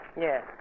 Yes